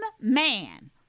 man